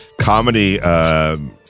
comedy